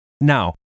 Now